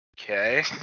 Okay